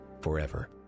forever